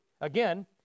Again